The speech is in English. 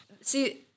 see